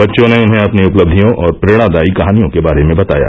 बच्चों ने उन्हें अपनी उपलब्धियों और प्रेरणादायी कहानियों के बारे में बताया